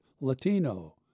Latino